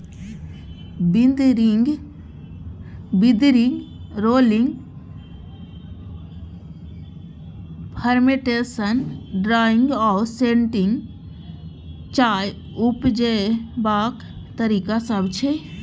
withering, rolling, fermentation, drying आ sorting चाय उपजेबाक तरीका सब छै